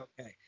Okay